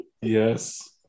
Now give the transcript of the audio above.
yes